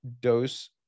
dose